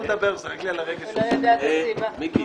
מיקי,